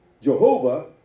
Jehovah